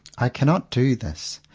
i cannot do this,